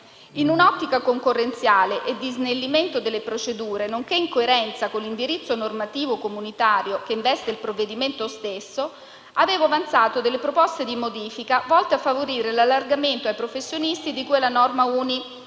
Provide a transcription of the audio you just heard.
In un'ottica concorrenziale e di snellimento delle procedure, nonché in coerenza con l'indirizzo normativo comunitario, che investe il provvedimento stesso, avevo avanzato delle proposte di modifica volte a favorire l'allargamento ai professionisti di cui alla norma UNI